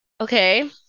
Okay